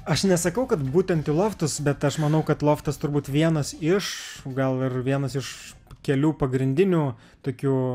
aš nesakau kad būtent į loftus bet aš manau kad loftas turbūt vienas iš gal ir vienas iš kelių pagrindinių tokių